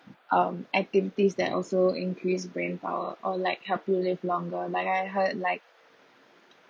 um activities that also increase brainpower or like help to live longer like I heard like